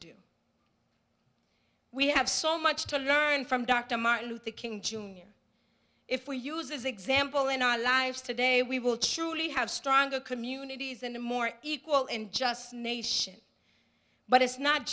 do we have so much to learn from dr martin luther king jr if we use this example in our lives today we will chile have stronger communities and a more equal and just nation but it's not